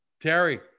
Terry